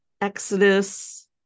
Exodus